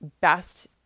best